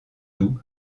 doux